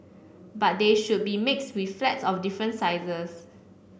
but they should be mixed with flats of different sizes